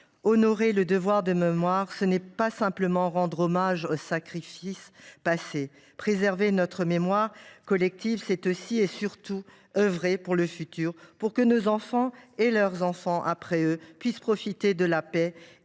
Respecter le devoir de mémoire, ce n’est pas simplement rendre hommage aux sacrifices passés. Préserver notre mémoire collective, c’est aussi et surtout œuvrer pour le futur, pour que nos enfants, et leurs enfants après eux, puissent profiter de la paix